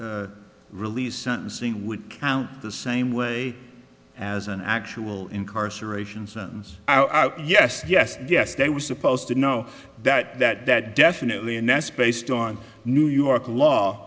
t release sentencing would count the same way as an actual incarceration sentence yes yes yes they were supposed to know that that that definitely and that's based on new york law